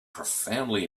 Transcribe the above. profoundly